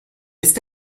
ist